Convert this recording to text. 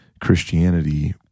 Christianity